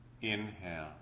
inhale